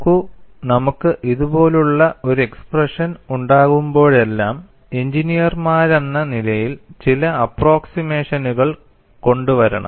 നോക്കൂ നമുക്ക് ഇതുപോലുള്ള ഒരു എക്സ്പ്രെഷൻ ഉണ്ടാകുമ്പോഴെല്ലാം എഞ്ചിനീയർമാരെന്ന നിലയിൽ ചില അപ്പ്രോക്സിമേഷനുകൾ കൊണ്ടുവരണം